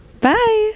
bye